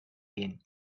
gehen